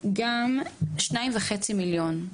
באשר לשניים וחצי מיליון שקלים,